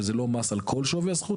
שזה לא מס על כל שווי הזכות,